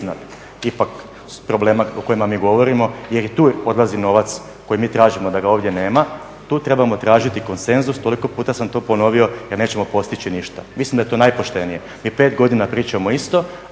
ipak problema o kojima mi govorimo jer i u tu uvijek odlazi novac koji mi tražimo da ga ovdje nema, tu trebamo tražiti konsenzus toliko sam puta to ponovio jel nećemo postići ništa, mislim da je to najpoštenije. Mi pet godina pričamo isto,